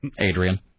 Adrian